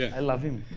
i love him.